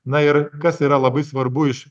na ir kas yra labai svarbu iš